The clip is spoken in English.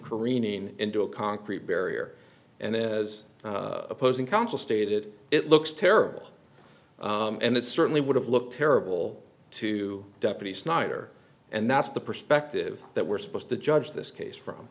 careening into a concrete barrier and as opposing counsel stated it looks terrible and it certainly would have looked terrible to deputy snyder and that's the perspective that we're supposed to judge this case from